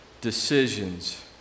decisions